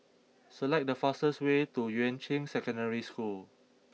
select the fastest way to Yuan Ching Secondary School